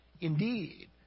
indeed